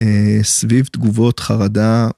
סביב תגובות חרדה.